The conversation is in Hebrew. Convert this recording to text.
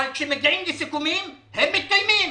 אבל כשמגיעים לסיכומים, הם מתקיימים.